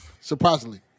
Surprisingly